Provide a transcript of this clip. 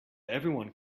everyone